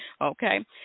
Okay